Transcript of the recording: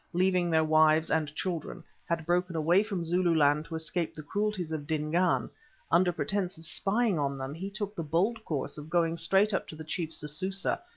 leaving their wives and children, had broken away from zululand to escape the cruelties of dingaan under pretence of spying on them, he took the bold course of going straight up to the chief, sususa,